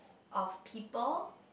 of people